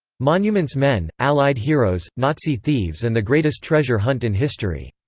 monuments men allied heroes, nazi thieves and the greatest treasure hunt in history.